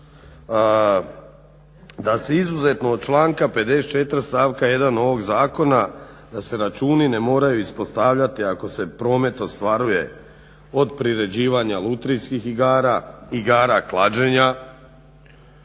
da se izuzetno od članka 54. stavka 1. ovog zakona da se računi ne moraju ispostavljati ako se promet ostvaruje od priređivanja lutrijskih igara, igara klađenja.